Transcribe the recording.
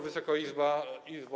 Wysoka Izbo!